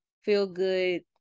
feel-good